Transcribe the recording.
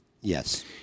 Yes